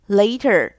later